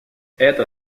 эта